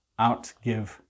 outgive